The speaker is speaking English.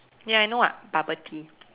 ya I know [what] bubble tea